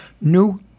new